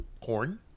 corn